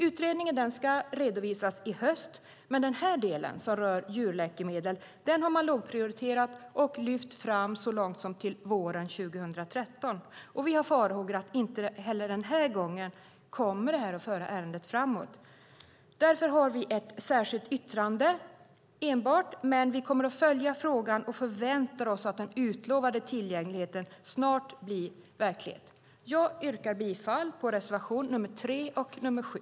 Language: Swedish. Utredningen ska redovisas i höst, men den del som rör djurläkemedel är lågprioriterad och framskjuten ända till våren 2013. Vi befarar dock att ärendet inte heller denna gång kommer att föras framåt. Därför har vi ett särskilt yttrande, och vi kommer att följa frågan och förväntar oss att den utlovade tillgängligheten snart blir verklighet. Jag yrkar bifall till reservationerna 3 och 7.